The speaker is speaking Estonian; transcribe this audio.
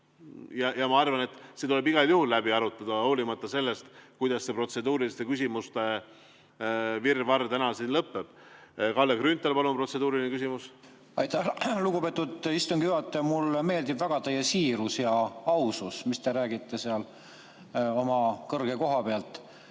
Ma arvan, et see tuleb igal juhul läbi arutada, hoolimata sellest, kuidas see protseduuriliste küsimuste virvarr täna siin lõpeb. Kalle Grünthal, palun! Protseduuriline küsimus. Aitäh, lugupeetud istungi juhataja! Mulle meeldib väga teie siirus ja ausus, kui te räägite sealt oma kõrge koha pealt.